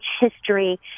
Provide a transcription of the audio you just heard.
history